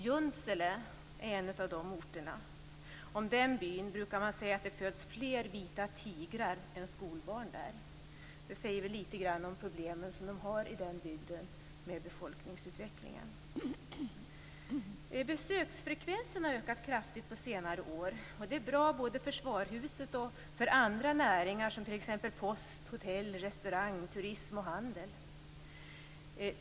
Junsele är en av de orterna, och om den byn brukar man säga att det föds fler vita tigrar än skolbarn där. Det säger väl lite om de problem med befolkningsutveckling som de har i den bygden. Besöksfrekvensen har ökat kraftigt på senare år, och det är bra både för SVAR-huset och för andra näringar, som post, hotell, restaurang, turism och handel.